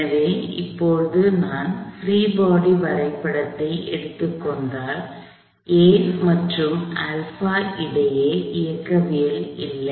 எனவே இப்போது நான் பிரீ பாடி வரைபடத்தை எடுத்துக் கொண்டால் a மற்றும் இடையே இயக்கவியல் இல்லை